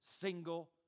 Single